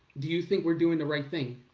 do you think we're doing the right thing?